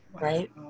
right